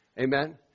Amen